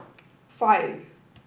five